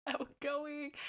outgoing